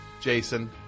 Jason